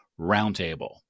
Roundtable